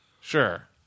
Sure